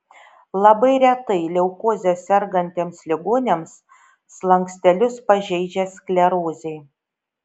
labai retai leukoze sergantiems ligoniams slankstelius pažeidžia sklerozė